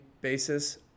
basis